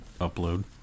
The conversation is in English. upload